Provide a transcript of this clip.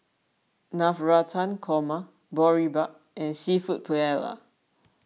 Navratan Korma Boribap and Seafood Paella